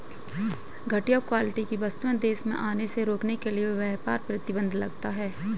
घटिया क्वालिटी की वस्तुएं देश में आने से रोकने के लिए व्यापार प्रतिबंध लगता है